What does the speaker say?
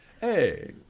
Hey